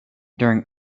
during